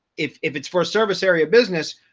if if it's for service area business,